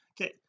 okay